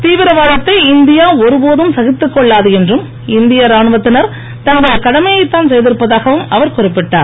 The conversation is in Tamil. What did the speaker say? தீவிரவாததை இந்தியா ஒருபோதும் சகித்துக் கொள்ளாது என்றும் இந்திய ராணுவத்தினர் தங்கள் கடமையைத்தான் செய்திருப்பதாகவும் அவர் குறிப்பிட்டார்